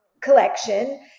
collection